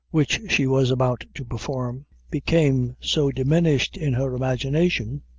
which she was about to perform, became so diminished in her imagination,